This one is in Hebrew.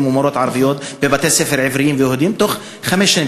ומורות ערביות בבתי-ספר עבריים ויהודיים בתוך חמש שנים.